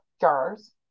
jars